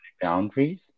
boundaries